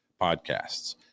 podcasts